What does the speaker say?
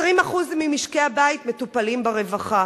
20% ממשקי הבית מטופלים ברווחה.